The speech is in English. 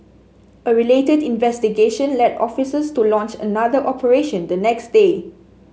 a related investigation led officers to launch another operation the next day